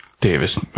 Davis